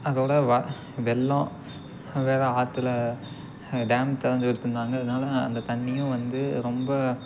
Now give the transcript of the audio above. அதோடய வ வெள்ளம் வேறு ஆற்றில டேம் திறந்து விட்டுருந்தாங்க அதனால அந்த தண்ணியும் வந்து ரொம்ப